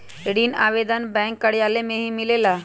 ऋण आवेदन बैंक कार्यालय मे ही मिलेला?